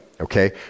okay